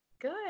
Good